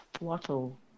wattle